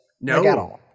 No